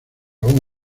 aun